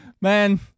Man